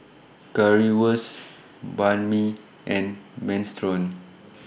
Currywurst Banh MI and Minestrone